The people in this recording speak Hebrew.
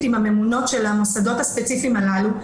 עם הממונות של המוסדות הספציפיים הללו.